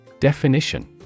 Definition